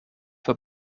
für